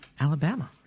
Alabama